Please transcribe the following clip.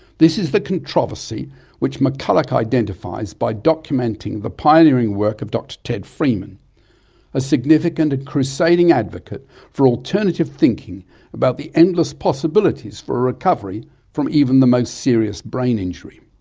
this is the controversy which mccullagh identifies by documenting the pioneering work of dr ted freeman a significant and crusading advocate for alternative thinking about the endless possibilities for recovery from even the most serious brain injury.